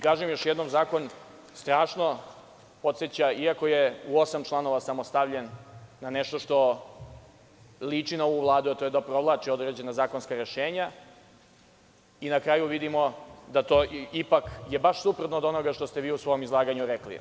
Kažem još jednom, zakon strašno podseća, iako je u osam članova samo stavljen na nešto što liči na ovu Vladu, a to je da provlači određena zakonska rešenja i na kraju vidimo da je to baš suprotno od onoga što ste vi u svom izlaganju rekli.